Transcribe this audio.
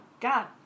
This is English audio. God